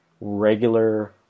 regular